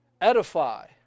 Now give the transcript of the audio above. edify